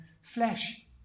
flesh